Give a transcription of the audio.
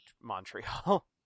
Montreal